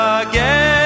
again